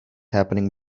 happening